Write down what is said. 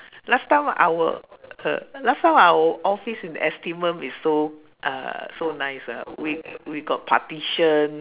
last time our uh last time our office in the is so uh so nice ah we we got partition